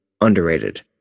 underrated